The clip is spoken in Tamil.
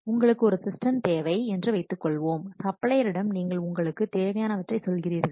உங்களுக்கு ஒரு சிஸ்டம் தேவை என்று வைத்துக்கொள்வோம் சப்ளையரிடம் நீங்கள் உங்களுக்கு தேவையானவற்றை சொல்கிறீர்கள்